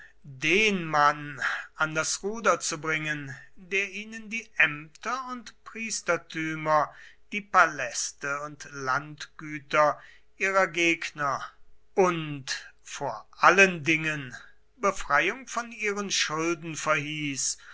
den mann an das ruder zu bringen der ihnen die ämter und priestertümer die paläste und landgüter ihrer gegner und vor allen dingen befreiung von ihren schulden verhieß